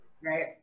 right